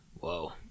Whoa